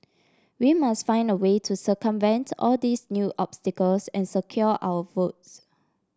we must find a way to circumvent all these new obstacles and secure our votes